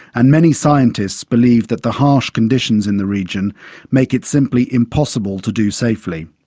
and many scientists believe that the harsh conditions in the region make it simply impossible to do safely.